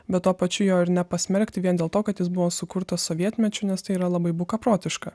bet tuo pačiu jo ir nepasmerkti vien dėl to kad jis buvo sukurtas sovietmečiu nes tai yra labai bukaprotiška